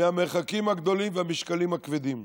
מהמרחקים הגדולים ובמשקלים הכבדים,